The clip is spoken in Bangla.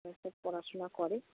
পড়াশুনো করে